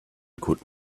could